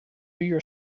your